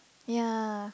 ya